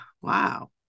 Wow